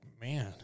man